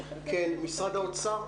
משרד האוצר.